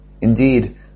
Indeed